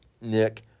Nick